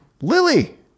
Lily